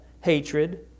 hatred